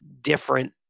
different